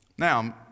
Now